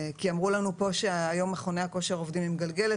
כי אמרו לנו פה שהיום מכוני הכושר עובדים עם גלגלת